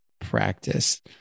practice